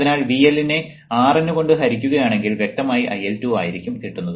അതിനാൽ VL നെ RN കൊണ്ട് ഹരിക്കുക ആണെങ്കിൽ വ്യക്തമായി IL2 ആയിരിക്കും കിട്ടുന്നത്